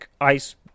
ice